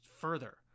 further